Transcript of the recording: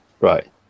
Right